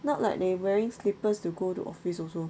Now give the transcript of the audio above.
not like they wearing slippers to go to office also